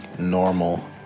normal